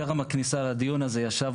כי התושב